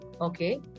okay